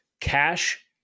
Cash